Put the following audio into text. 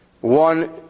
one